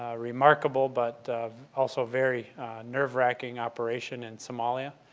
remarkable but also very nerve-racking operation in somalia.